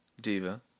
Diva